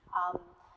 um